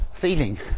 feeling